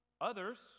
Others